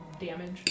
damage